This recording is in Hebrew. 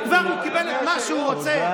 הבטחת שתהיה ממשלה, כל יום.